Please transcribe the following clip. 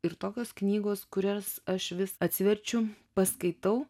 ir tokios knygos kurias aš vis atsiverčiu paskaitau